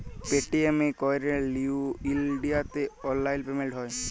Paytm এ ক্যইরে ইলডিয়াতে অললাইল পেমেল্ট হ্যয়